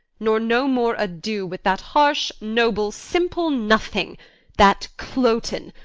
nor no more ado with that harsh, noble, simple nothing that cloten,